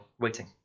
waiting